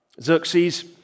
Xerxes